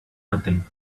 nothing